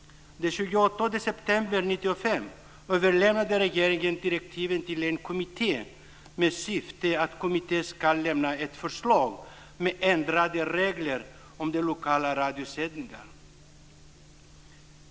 Den 28 september 1995 överlämnade regeringen direktiven till en kommitté med syftet att kommittén skulle lämna ett förslag till ändrade regler om lokala radiosändningar.